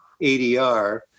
ADR